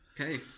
okay